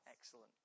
excellent